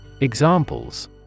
Examples